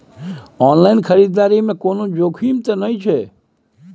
Online खरीददारी में कोनो जोखिम त नय छै?